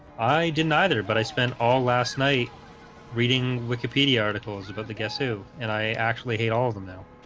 i didn't either but i spent all last night reading wikipedia articles about the guess. ooh, and i actually hate all of them though.